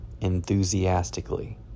enthusiastically